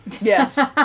Yes